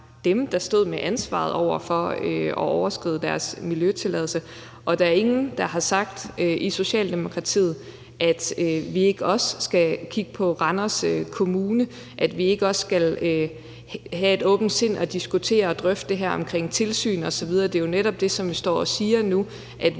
dem, der stod med ansvaret for at have overskredet deres miljøtilladelse. Og der er ingen, der har sagt i Socialdemokratiet, at vi ikke også skal kigge på Randers Kommune, at vi ikke også skal have et åbent sind og diskutere og drøfte det her omkring tilsyn osv. Det er jo netop det, som jeg står og siger nu,